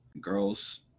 girls